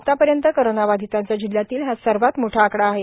आतापर्यंत कोरोनाबाधितांचा जिल्ह्यातील हा सर्वांत मोठा आकडा आहे